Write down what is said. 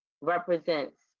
represents